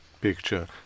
picture